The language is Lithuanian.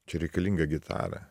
čia reikalinga gitara